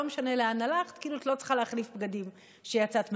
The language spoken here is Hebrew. לא משנה לאן הלכת את לא צריכה להחליף בגדים כשיצאת מהבית.